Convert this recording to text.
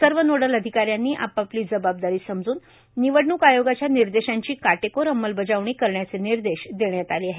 सर्व नोडल अधिकाऱ्यांनी आपापली जबाबदारी समजून निवडणूक आयोगाच्या निर्देशांची काटेकोर अंमलबजावणी करण्याचे निर्देश देण्यात आले आहेत